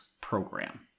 program